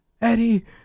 eddie